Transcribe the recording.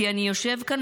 כי אני יושב כאן